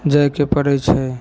जाइके पड़य छै